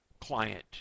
client